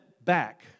back